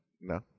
No